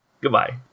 Goodbye